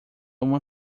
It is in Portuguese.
uma